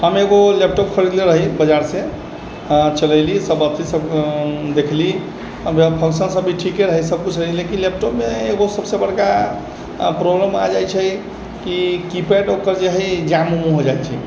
हम एगो लैपटॉप खरीदले रही बजारसँ चलेलिए सब अथी सब देखली फंक्शनसब भी ठीके रहै सबकिछु रहै लेकिन लैपटॉपमे एगो सबसँ बड़का प्रॉब्लम आबि जाइ छै कि कीपैड ओकर जे हइ जाम उम हो जाइ छै